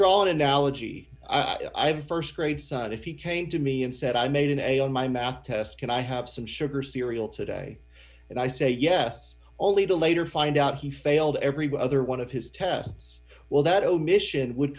draw an analogy i st grade son if he came to me and said i made an a on my math test can i have some sugar cereal today and i say yes only to later find out he failed every other one of his tests well that omission would